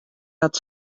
dat